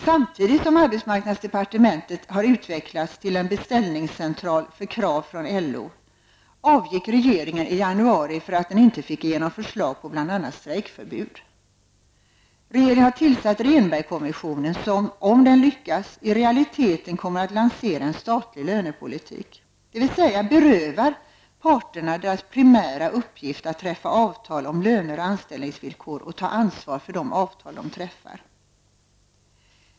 Samtidigt som arbetsmarknadsdepartementet har utvecklats till en beställningscentral för krav från Regeringen har tillsatt Rehnbergkommissionen, som, om den lyckas, i realiteten kommer att lansera en statlig lönepolitik, dvs. berövar parterna deras primära uppgift att träffa avtal om löner och anställningsvillkor och ta ansvar för de avtal som de träffar.